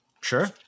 Sure